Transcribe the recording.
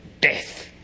death